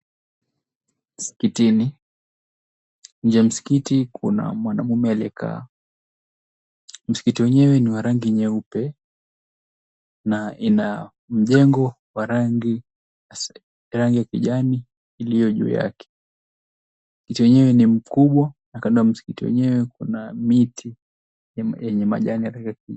Msikitini. Nje ya msikiti kuna mwanamume aliyekaa. Msikiti wenyewe ni wa rangi nyeupe na ina mjengo wa rangi ya kijani iliyo juu yake. Msikiti wenyewe ni mkubwa na kando ya msikiti wenyewe kuna miti yenye majani ya